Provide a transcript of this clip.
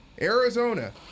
Arizona